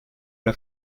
l’a